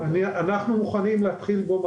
יום אחד אנחנו עלולים למצוא